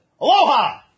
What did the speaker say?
Aloha